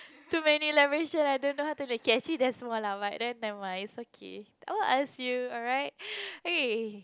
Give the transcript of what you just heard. too many lah don't know how to like can see that small lah but then never mind it's okay I will ask you alright